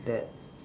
that